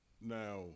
Now